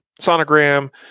sonogram